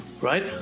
right